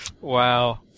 Wow